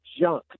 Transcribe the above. junk